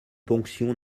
ponction